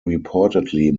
reportedly